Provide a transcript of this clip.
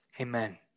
amen